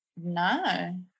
no